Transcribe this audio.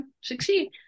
succeed